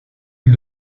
île